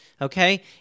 okay